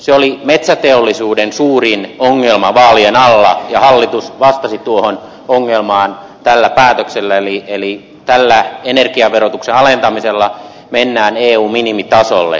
se oli metsäteollisuuden suurin ongelma vaalien alla ja hallitus vastasi tuohon ongelmaan tällä päätöksellä eli tällä energiaverotuksen alentamisella mennään eun minimitasolle